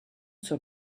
zur